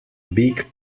big